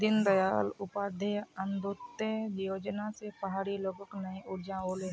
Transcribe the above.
दीनदयाल उपाध्याय अंत्योदय योजना स पहाड़ी लोगक नई ऊर्जा ओले